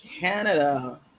Canada